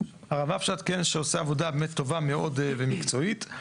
הרב אייבשיץ שעושה עבודה טובה מאוד ומקצועית.